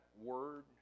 word